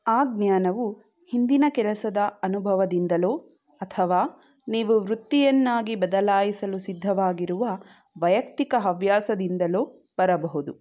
ಆ ಜ್ಞಾನವು ಹಿಂದಿನ ಕೆಲಸದ ಅನುಭವದಿಂದಲೋ ಅಥವಾ ನೀವು ವೃತ್ತಿಯನ್ನಾಗಿ ಬದಲಾಯಿಸಲು ಸಿದ್ಧವಾಗಿರುವ ವೈಯಕ್ತಿಕ ಹವ್ಯಾಸದಿಂದಲೋ ಬರಬಹುದು